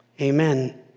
amen